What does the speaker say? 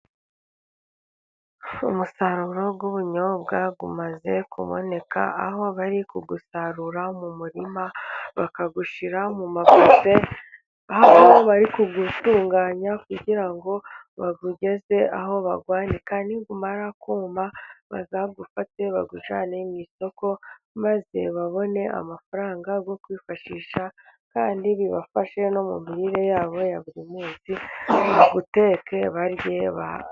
Umusaruro w'ubunyobwa umaze kuboneka, aho bari kuwusarura mu murima, bakawushira mu mako, aho barikuwutunganya kugira ngo bawugeze aho bawanika, numara kuma, bazawufate bawujyane mu isoko, maze babone amafaranga yo kwifashisha, kandi bibafashe no mu mirire yabo ya buri munsi bateke, bariye, bahaze.